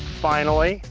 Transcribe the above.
finally,